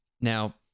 Now